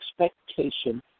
expectation